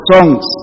Songs